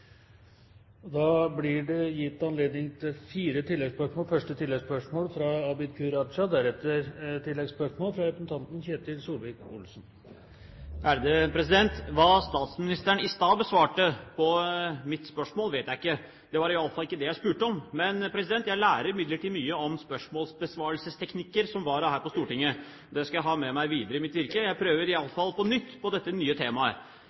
blir gitt anledning til fire oppfølgingsspørsmål – først fra representanten Abid Q. Raja. Hva statsministeren i stad svarte på mitt spørsmål, vet jeg ikke, det var iallfall ikke på det jeg spurte om. Jeg lærer imidlertid mye om spørsmålsbesvarelsesteknikker som vararepresentant her på Stortinget. Det skal jeg ta med meg videre i mitt virke. Jeg prøver i alle fall på nytt på dette nye temaet.